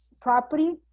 property